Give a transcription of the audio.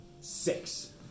six